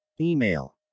Email